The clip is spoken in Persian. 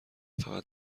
فقط